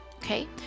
Okay